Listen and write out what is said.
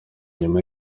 inyuma